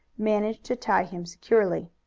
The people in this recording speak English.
managed to tie him securely.